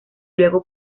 luego